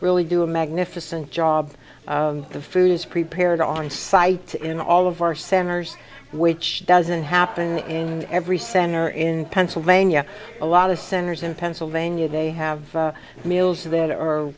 really do a magnificent job the food is prepared on site in all of our centers which doesn't happen in every center in pennsylvania a lot of centers in pennsylvania they have meals that are